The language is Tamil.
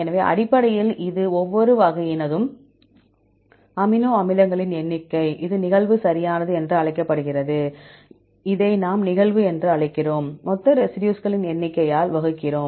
எனவே அடிப்படையில் இது ஒவ்வொரு வகையினதும் அமினோ அமிலங்களின் எண்ணிக்கை இது நிகழ்வு சரியானது என்று அழைக்கப்படுகிறது இதை நாம் நிகழ்வு என்று அழைக்கிறோம் மொத்த ரெசிடியூஸ்களின் எண்ணிக்கையால் வகுக்கிறோம்